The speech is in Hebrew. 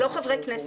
לא חברי כנסת.